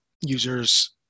users